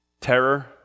terror